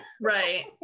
right